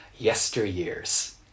yesteryears